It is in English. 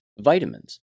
vitamins